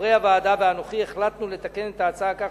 חברי הוועדה ואנוכי החלטנו לתקן את ההצעה כך